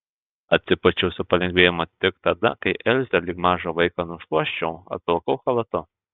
atsipūčiau su palengvėjimu tik tada kai elzę lyg mažą vaiką nušluosčiau apvilkau chalatu